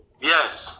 Yes